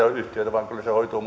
vaan kyllä se hoituu